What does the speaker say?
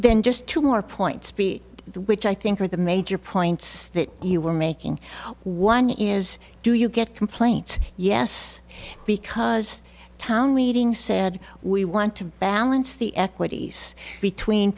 then just two more point speak which i think are the major points that you were making one is do you get complaints yes because town meeting said we want to balance the equities between